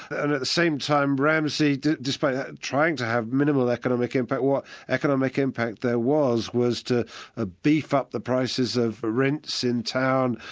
and at the same time ramsi despite trying to have minimal economic impact, what economic impact there was, was to ah beef up the prices of rents in town.